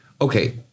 okay